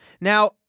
Now